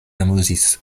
amuzis